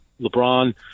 lebron